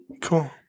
Cool